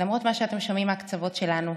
למרות מה שאתם שומעים מהקצוות שלנו,